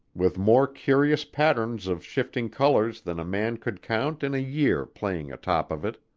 with more curious patterns of shifting colors than a man could count in a year playing atop of it.